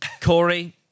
Corey